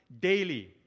daily